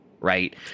Right